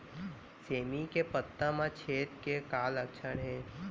सेमी के पत्ता म छेद के का लक्षण हे?